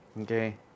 Okay